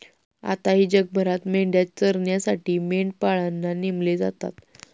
आताही जगभरात मेंढ्या चरण्यासाठी मेंढपाळांना नेमले जातात